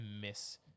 miss